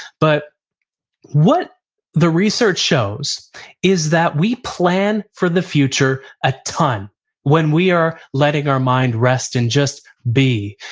but what the research shows is that we plan for the future a ton when we are letting our mind rest and just be.